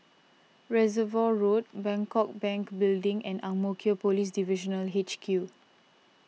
Reservoir Road Bangkok Bank Building and Ang Mo Kio Police Divisional H Q